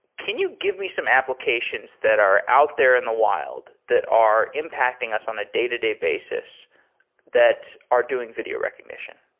can you give me some applications that are out there in the wild that are impacting us on a day-to-day basis that are doing video recognition?